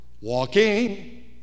Walking